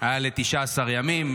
19 ימים.